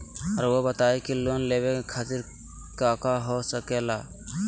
रउआ बताई की लोन लेवे खातिर काका हो सके ला?